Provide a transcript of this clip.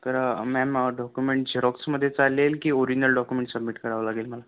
तर ma'am document झेरॉक्समध्ये चालेल की ओरिजनल डॉक्युमेंट सबमिट करावं लागेल मला